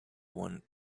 want